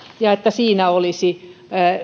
ja että siinä olisi